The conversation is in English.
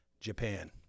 Japan